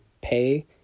pay